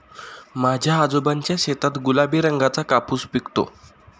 माझ्या आजोबांच्या शेतात गुलाबी रंगाचा कापूस पिकतो